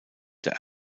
der